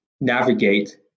navigate